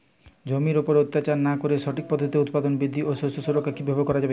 জমির উপর অত্যাচার না করে সঠিক পদ্ধতিতে উৎপাদন বৃদ্ধি ও শস্য সুরক্ষা কীভাবে করা যাবে?